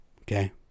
okay